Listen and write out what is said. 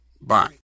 Bye